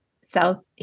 South